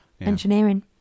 engineering